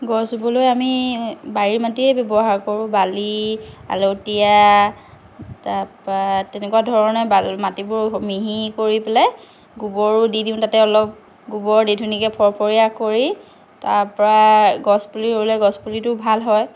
গছ ৰোবলৈ আমি বাৰীৰ মাটিয়েই ব্যৱহাৰ কৰোঁ বালি আলটিয়া তাৰ পৰা তেনেকুৱা ধৰণে বা মাটিবোৰ মিহি কৰি পেলাই গোবৰো দি দিওঁ তাতে অলপ গোবৰ দি ধুনীয়াকৈ ফৰফৰীয়া কৰি তাৰ পৰা গছ পুলি ৰুলে হ'বলৈ গছ পুলিটো ভাল হয়